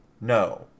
No